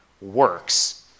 works